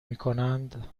میکنند